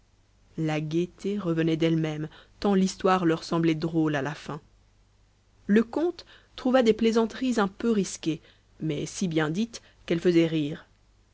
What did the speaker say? la gaieté revenait d'elle-même tant l'histoire leur semblait drôle à la fin le comte trouva des plaisanteries un peu risquées mais si bien dites qu'elles faisaient sourire